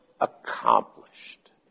accomplished